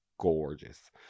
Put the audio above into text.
gorgeous